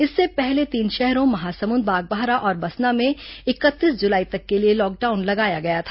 इससे पहले तीन शहरों महासमुद बागबाहरा और बसना में इकतीस जुलाई तक के लिए लॉकडाउन लगाया गया था